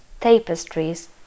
tapestries